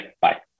Bye